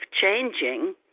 changing